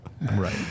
Right